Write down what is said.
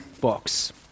box